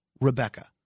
Rebecca